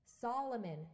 Solomon